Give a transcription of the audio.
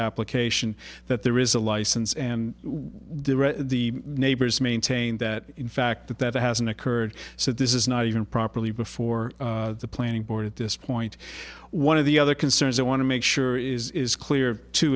application that there is a license and we the neighbors maintain that in fact that that hasn't occurred so this is not even properly before the planning board at this point one of the other concerns i want to make sure is clear to